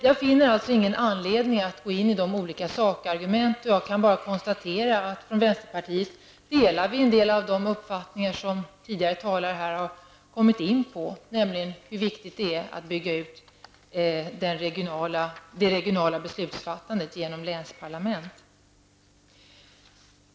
Jag finner emellertid inte någon anledning att gå in på de olika sakargumenten, och jag kan bara konstatera att vi i vänsterpartiet instämmer i en del av de uppfattningar som tidigare talare här har kommit in på, nämligen hur viktigt det är att bygga ut det regionala beslutsfattandet genom länsparlament.